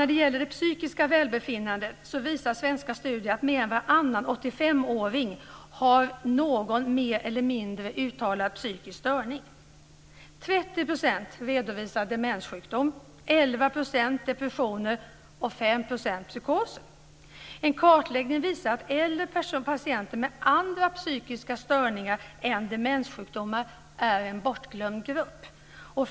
När det gäller det psykiska välbefinnandet visar svenska studier att mer än varannan 85 åring har någon mer eller mindre uttalad psykisk störning, 30 % demenssjukdom, 11 % depressioner och 5 % psykoser. En kartläggning visar att äldre patienter med andra psykiska störningar än demenssjukdomar är en bortglömd grupp.